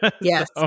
Yes